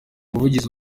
umuvugizi